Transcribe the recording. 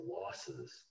losses